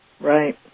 Right